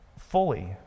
fully